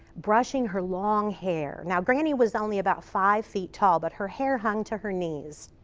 brushing her long hair. now, granny was only about five feet tall but her hair hung to her knees.